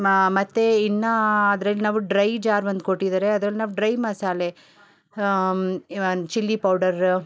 ಮಾ ಮತ್ತು ಇನ್ನು ಅದ್ರಲ್ಲಿ ನಾವು ಡ್ರೈ ಜಾರ್ ಒಂದು ಕೊಟ್ಟಿದಾರೆ ಅದ್ರಲ್ಲಿ ನಾವು ಡ್ರೈ ಮಸಾಲೆ ಇವನ್ ಚಿಲ್ಲಿ ಪೌಡರ್